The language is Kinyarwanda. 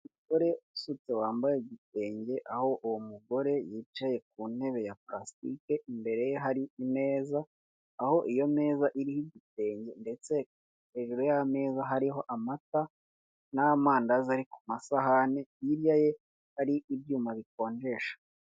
Urubuga rwo kuri murandasi rutangirwaho amakuru y'akazi ya leta, birerekana uburyo wakinjira ukoresheje imayili yawe ndetse na nimero ya telefone yawe ndetse ukaza no gukoresha ijambo banga.